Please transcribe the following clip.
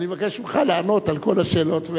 אני מבקש ממך לענות על כל השאלות.